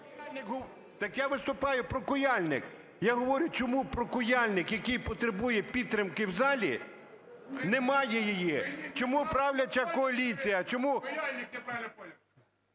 Так я виступаю про Куяльник! Я говорю, чому про Куяльник, який потребує підтримки в залі, не має її? Чому правляча коаліція…